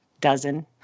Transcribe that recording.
dozen